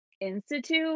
Institute